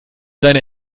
seine